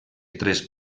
tres